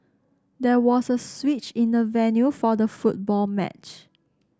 there was a switch in the venue for the football match